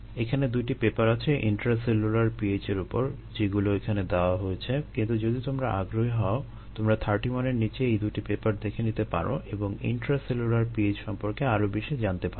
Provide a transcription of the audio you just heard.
এখানে দুইটি পেপার আছে ইন্ট্রাসেলুলার pH এর উপর যেগুলো এখানে দেওয়া হয়েছে কিন্তু যদি তোমরা আগ্রহী হও তোমরা 31 এর নিচে এই দুইটি পেপার দেখে নিতে পারো এবং ইন্ট্রাসেলুলার pH সম্পর্কে আরো বেশি জানতে পারো